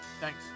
Thanks